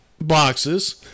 boxes